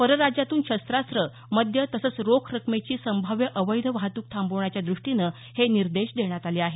परराज्यातून शस्त्रास्त्रं मद्य तसंच रोख रकमेची संभाव्य अवैध वाहतूक थांबवण्याच्या दृष्टीनं हे निर्देश देण्यात आले आहेत